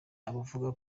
abavuga